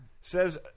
Says